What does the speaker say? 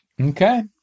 Okay